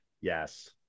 Yes